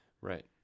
Right